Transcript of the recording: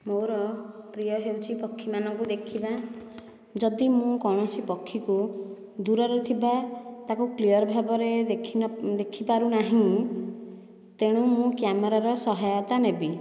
ମୋର ପ୍ରିୟ ହେଉଛି ପକ୍ଷୀମାନଙ୍କୁ ଦେଖିବା ଯଦି ମୁଁ କୌଣସି ପକ୍ଷୀକୁ ଦୂରରେ ଥିବା ତାକୁ କ୍ଲିଅର ଭାବରେ ଦେଖିପାରୁନାହିଁ ତେଣୁ ମୁଁ କ୍ୟାମେରାର ସହାୟତା ନେବି